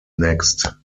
next